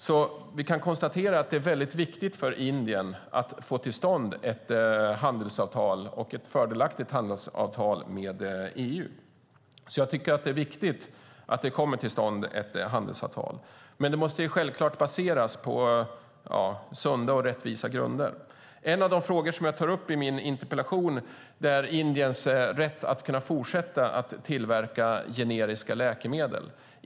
Vi kan alltså konstatera att det är väldigt viktigt för Indien att få till stånd ett handelsavtal, och ett fördelaktigt sådant, med EU. Jag tycker därför att det är viktigt att det kommer till stånd ett handelsavtal, men det måste självklart baseras på sunda och rättvisa grunder. En av de frågor jag tar upp i min interpellation är Indiens rätt att fortsätta att tillverka generiska läkemedel.